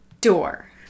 door